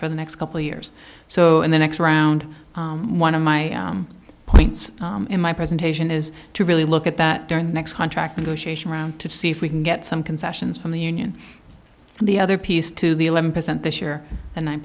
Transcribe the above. for the next couple of years so in the next round one of my points in my presentation is to really look at that during the next contract negotiation round to see if we can get some concessions from the union and the other piece to the eleven percent this year and nine